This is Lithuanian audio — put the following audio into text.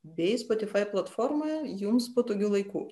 bei spotifai platformoje jums patogiu laiku